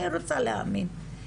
אני רוצה להאמין,